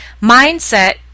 mindset